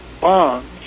bonds